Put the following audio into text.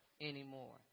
anymore